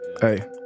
Hey